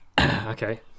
Okay